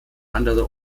andere